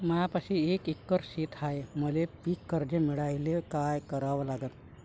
मायापाशी एक एकर शेत हाये, मले पीककर्ज मिळायले काय करावं लागन?